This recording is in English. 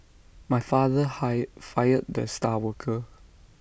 my father hire fired the star worker